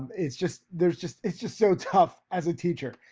it's just, there's just, it's just so tough as a teacher,